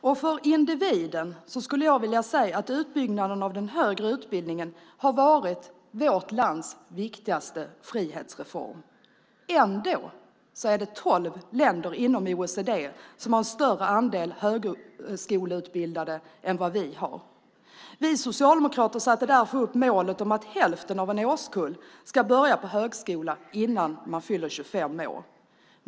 Jag skulle vilja säga att för individen har utbyggnaden av den högre utbildningen varit vårt lands viktigaste frihetsreform. Ändå är det tolv länder inom OECD som har en större andel högskoleutbildade än vad vi har. Vi socialdemokrater satte därför upp målet att hälften av en årskull ska börja på högskolan innan de fyller 25 år.